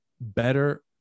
better